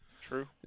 True